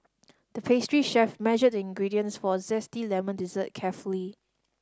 the pastry chef measured the ingredients for a zesty lemon dessert carefully